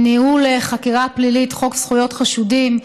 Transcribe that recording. ניהול חקירה פלילית, חוק זכויות חשודים,